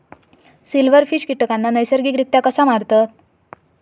Silverfish कीटकांना नैसर्गिकरित्या कसा मारतत?